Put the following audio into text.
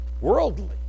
worldly